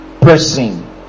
person